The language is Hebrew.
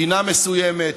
בחינה מסוימת,